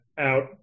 out